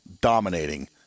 dominating